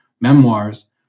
memoirs